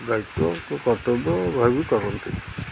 ଦାୟିତ୍ୱ କି କର୍ତ୍ତବ୍ୟ ଭାବି କରନ୍ତି